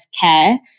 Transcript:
care